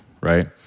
right